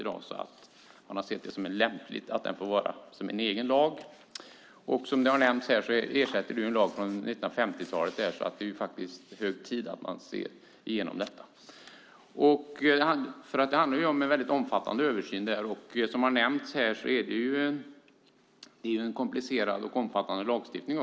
Därför har man sett det som lämpligt att det får vara en egen lag. Som här nämnts ersätts härmed en lag från 1950-talet. Det är alltså hög tid att se över detta. Det handlar om en mycket omfattande översyn. Som nämnts här är det en komplicerad och omfattande lagstiftning.